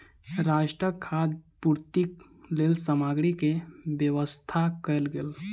राष्ट्रक खाद्य पूर्तिक लेल सामग्री के व्यवस्था कयल गेल